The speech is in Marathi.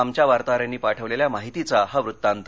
आमच्या वार्ताहरांनी पाठवलेल्या माहितीचा हा वृत्तांत